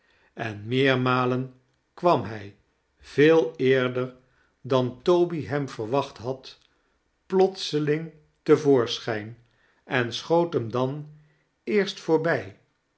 en meermalen kwam hij veel eeirder dan toby hem verwacht had plotseling te voorschijn en schoot hem dan eerst voorbij